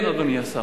כן, אדוני השר.